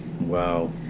Wow